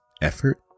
effort